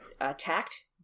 attacked